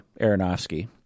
Aronofsky